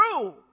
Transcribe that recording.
true